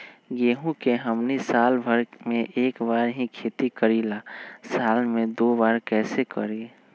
गेंहू के हमनी साल भर मे एक बार ही खेती करीला साल में दो बार कैसे करी?